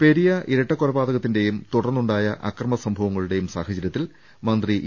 പെരിയ ഇരട്ടക്കൊലപാതകങ്ങളുടെയും തുടർന്നുണ്ടായ അക്രമ സംവങ്ങളുടെയും സാഹചര്യത്തിൽ മന്ത്രി ഇ